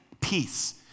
Peace